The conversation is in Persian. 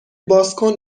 بازکن